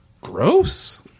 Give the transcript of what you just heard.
Gross